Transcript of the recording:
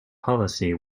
policy